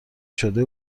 شده